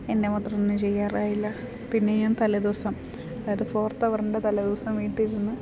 എൻ്റെ മാത്രം ഒന്നും ചെയ്യാറായില്ല പിന്നെ ഞാൻ തലേദിവസം അതായത് ഫോർത്ത് അവറിൻ്റെ തലേദിവസം വീട്ടിലിരുന്ന്